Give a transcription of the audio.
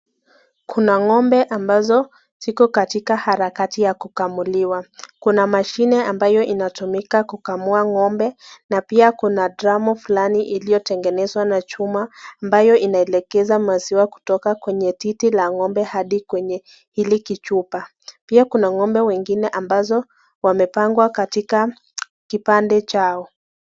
Kuna ng'ombe ambazo ziko katika harakati ya kukamuliwa. Kuna mashini ambayo inatumika kukamua ng'ombe na pia kuna fulani iliyotengenezwa na chuma ambayo inaelekeza maziwa kutoka kwenye titi la ng'ombe hadi kwenye hili kichupa. Pia kuna ng'ombe wengine ambazo wamepangwa katika kipande chao.